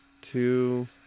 Two